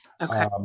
okay